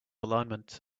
alignment